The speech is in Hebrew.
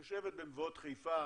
היושבת במבואות חיפה